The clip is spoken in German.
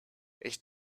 ich